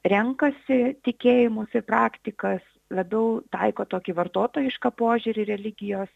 renkasi tikėjimosi praktikas labiau taiko tokį vartotojišką požiūrį religijos